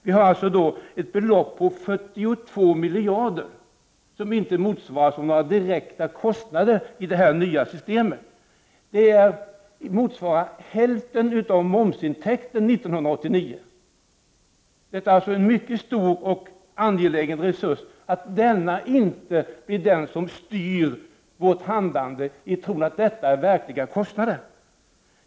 Vi får med detta nya system ett belopp om 42 miljarder kronor som inte motsvaras av några direkta kostnader. Detta motsvarar hälften av momsintäkten för år 1989. Det är mycket angeläget att vårt handlande inte styrs av tron att detta utgör verkliga kostnader.